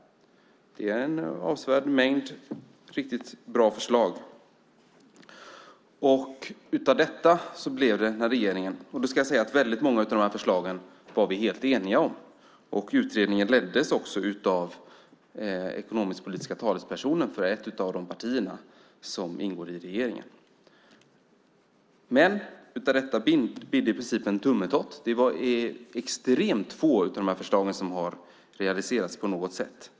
Där finns en avsevärd mängd riktigt bra förslag. Väldigt många av förslagen var vi helt eniga om. Utredningen leddes av den ekonomisk-politiska talespersonen för ett av de partier som ingår i regeringen, men av det hela bidde det i princip en tummetott. Extremt få av förslagen har på något sätt realiserats.